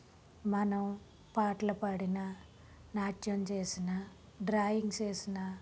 మనం పాటలు పాడినా నాట్యం చేసినా డ్రాయింగ్స్ వేసినా